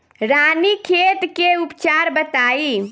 रानीखेत के उपचार बताई?